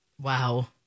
Wow